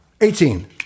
Eighteen